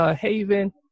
Haven